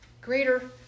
greater